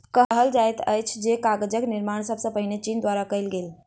कहल जाइत अछि जे कागजक निर्माण सब सॅ पहिने चीन द्वारा कयल गेल